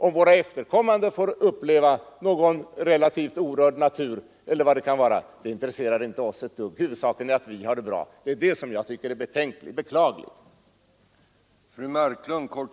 Om våra efterkommande får uppleva någon relativt orörd natur intresserar inte oss, huvudsaken är att vi har det bra. Det är detta jag tycker är beklagligt.